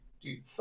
dude